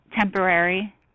temporary